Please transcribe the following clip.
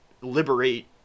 liberate